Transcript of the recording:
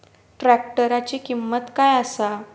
ट्रॅक्टराची किंमत काय आसा?